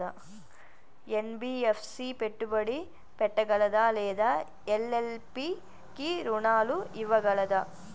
NBFC పెట్టుబడి పెట్టగలదా లేదా ఎల్.ఎల్.పి కి రుణాలు ఇవ్వగలదా?